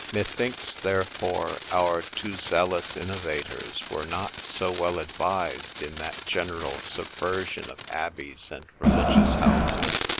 methinks, therefore, our too zealous innovators were not so well advised in that general subversion of abbeys and religious houses,